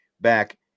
back